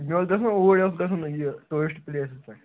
مےٚ اوس گژھُن اوٗرۍ اوس گژھُن یہِ ٹوٗرِسٹ پٕلیسَس پٮ۪ٹھ